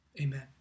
Amen